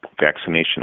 vaccination